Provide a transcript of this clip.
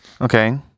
Okay